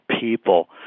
people